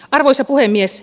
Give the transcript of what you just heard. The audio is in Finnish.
arvoisa puhemies